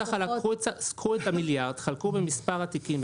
קחו את המיליארד חלקו במספר התיקים,